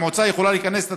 שמועצה יכולה להיכנס לתאגידים,